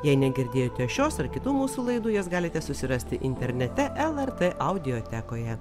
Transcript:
jei negirdėjote šios ar kitų mūsų laidų jas galite susirasti internete el er tė audiotekoje